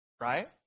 right